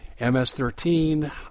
MS-13